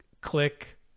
click